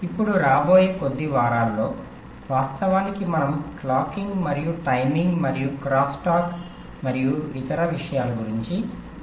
ఇప్పుడు రాబోయే కొద్ది వారాల్లో వాస్తవానికి మనము క్లాకింగ్ మరియు టైమింగ్ మరియు క్రాస్ టాక్ మరియు ఇతర విషయాల గురించి మాట్లాడుకుంటున్నాము